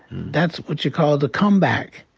that's what you call the comeback.